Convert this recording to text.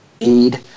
need